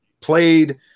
played